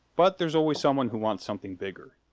but, there's always someone who wants something bigger.